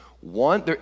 One